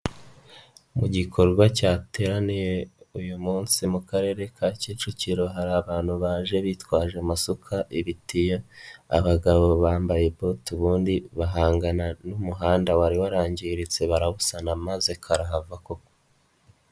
Mu gikorwa cyateraniye uyu munsi mu Karere ka Kicukiro hari abantu baje bitwaje amasuka, ibitiyo, abagabo baje bambaye bote ubundi bahangana n'umuhanda wari warangiritse barawusana maze karahava koko!